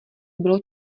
bylo